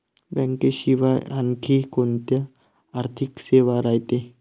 बँकेशिवाय आनखी कोंत्या आर्थिक सेवा रायते?